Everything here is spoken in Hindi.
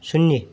शून्य